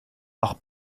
lag